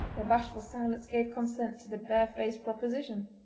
their bashful silence gave consent to the barefaced proposition.